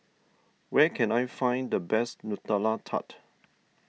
where can I find the best Nutella Tart